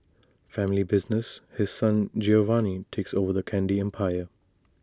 family business His Son Giovanni takes over the candy empire